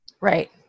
Right